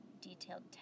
detailed